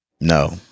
No